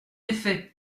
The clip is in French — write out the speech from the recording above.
effet